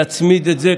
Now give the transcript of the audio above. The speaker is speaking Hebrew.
נצמיד את זה,